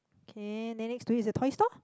okay then next to it is the toy store